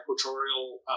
equatorial